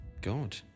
god